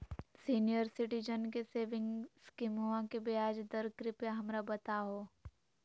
senior citizen के saving स्कीमवा के ब्याज दर कृपया हमरा बताहो